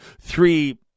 three